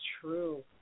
true